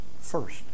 first